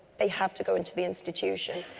they have to go into the institution.